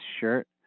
shirt